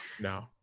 no